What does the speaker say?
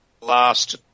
last